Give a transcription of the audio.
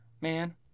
man